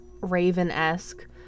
raven-esque